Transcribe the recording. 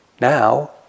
now